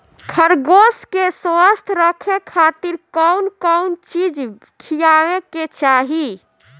खरगोश के स्वस्थ रखे खातिर कउन कउन चिज खिआवे के चाही?